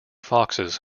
foxes